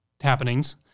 happenings